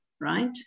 right